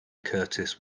curtis